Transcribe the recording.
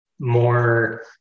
more